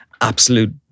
absolute